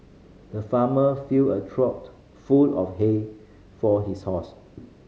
the farmer filled a full of hay for his horse